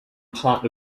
part